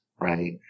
Right